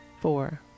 four